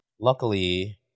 luckily